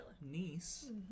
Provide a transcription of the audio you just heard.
...niece